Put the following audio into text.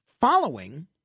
following